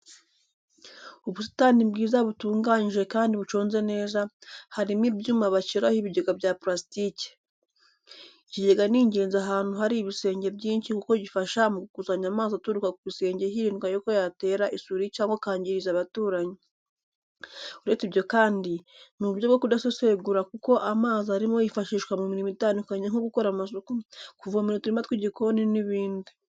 Ubusitani bwiza butunganyije kandi buconze neza, harimo ibyuma bashyiraho ibigega bya purasitike. Ikigega ni ingenzi ahantu hari ibisenge byinshi kuko gifasha mu gukusanya amazi aturuka ku bisenge hirindwa yo yatera isuri cyangwa akangiriza abaturanyi. Uretse ibyo kandi, ni uburyo bwo kudasesagura kuko amazi arimo yifashishwa mu mirimo itandukanye nko gukora amasuku, kuvomera uturima tw'igikoni n'ibindi.